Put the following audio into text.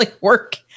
work